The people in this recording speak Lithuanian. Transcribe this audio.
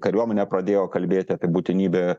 kariuomenė pradėjo kalbėti apie būtinybę